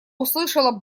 услышала